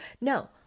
No